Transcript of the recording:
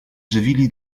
żywili